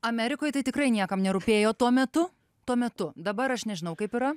amerikoj tai tikrai niekam nerūpėjo tuo metu tuo metu dabar aš nežinau kaip yra